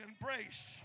embrace